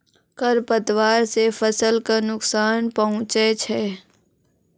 खरपतवार से फसल क नुकसान पहुँचै छै